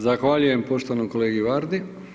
Zahvaljujem poštovanom kolegi Vardi.